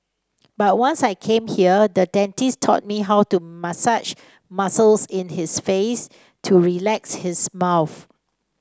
but once I came here the dentist taught me how to massage muscles in his face to relax his mouth